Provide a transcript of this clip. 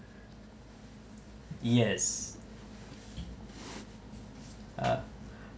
yes uh